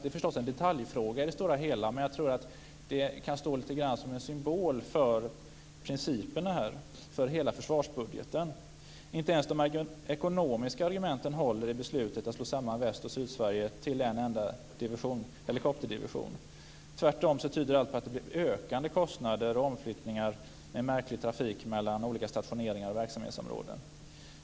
Det är förstås en detaljfråga i det stora hela, men jag tror att det kan vara en symbol för principerna när det gäller försvarsbudgeten. Inte ens de ekonomiska argumenten håller i beslutet att slå samman Väst och Sydsverige till en enda helikopterdivision. Tvärtom tyder allt på att det blir ökande kostnader, omflyttningar och märklig trafik mellan olika stationeringar och verksamhetsområden.